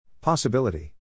Possibility